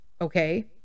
okay